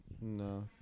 No